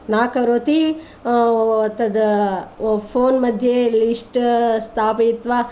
न करोति तत् फोन् मध्ये लिस्ट् स्थापयित्वा